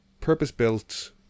purpose-built